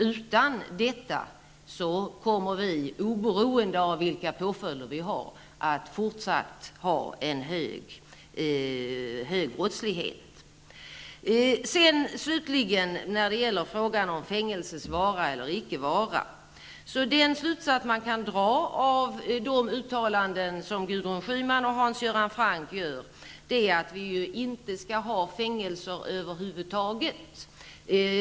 Utan detta kommer vi, oberoende av vilka påföljder vi har, att ha en fortsatt hög brottslighet. Slutligen vill jag ta upp frågan om fängelsets vara eller icke vara. Den slutsats man kan dra av de uttalanden som Gudrun Schyman och Hans Göran Franck gör är att vi inte skall ha fängelser över huvud taget.